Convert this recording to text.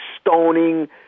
stoning